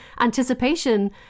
anticipation